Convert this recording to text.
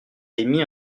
émis